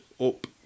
up